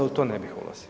U to ne bih ulazio.